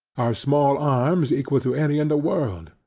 our small arms equal to any in the world.